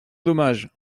dommage